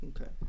Okay